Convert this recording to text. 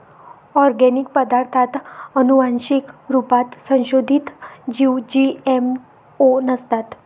organic पदार्ताथ आनुवान्सिक रुपात संसोधीत जीव जी.एम.ओ नसतात